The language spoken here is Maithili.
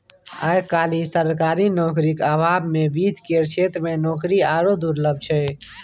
आय काल्हि सरकारी नौकरीक अभावमे वित्त केर क्षेत्रमे नौकरी आरो दुर्लभ छै